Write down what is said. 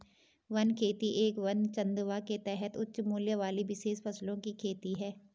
one खेती एक वन चंदवा के तहत उच्च मूल्य वाली विशेष फसलों की खेती है